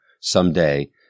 someday